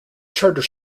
charter